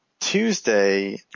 Tuesday